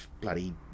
bloody